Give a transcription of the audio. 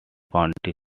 county